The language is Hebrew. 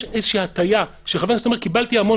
יש איזו שהיא הטיה כשחבר כנסת אומר: קיבלתי המון